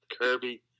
Kirby